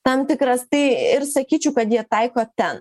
tam tikras tai ir sakyčiau kad jie taiko ten